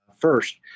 first